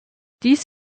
dies